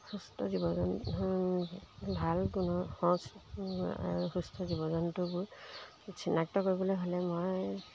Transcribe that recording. সুস্থ জীৱ জন্তু ভাল গুণৰ সজ আৰু সুস্থ জীৱ জন্তুবোৰ চিনাক্ত কৰিবলৈ হ'লে মই